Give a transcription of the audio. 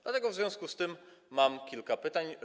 Dlatego w związku z tym mam kilka pytań.